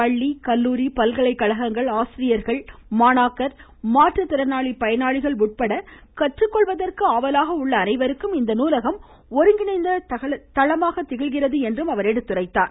பள்ளி கல்லுாரி பல்கலைக்கழகங்கள் ஆசிரியர்கள் மாணாக்கர் மாற்றுத்திறனாளி பயனாளிகள் உட்பட கற்றுக்கொள்வதற்கு ஆவலாக உள்ள அனைவருக்கும் இந்த நூலகம் ஒருங்கிணைந்த தளமாக திகழ்கிறது என்றார்